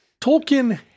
Tolkien